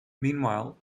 meanwhile